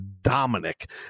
Dominic